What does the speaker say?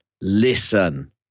listen